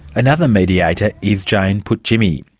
another mediator is jane puautjimi.